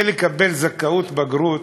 כדי לקבל זכאות לבגרות,